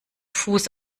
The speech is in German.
fuß